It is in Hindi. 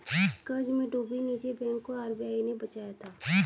कर्ज में डूबे निजी बैंक को आर.बी.आई ने बचाया था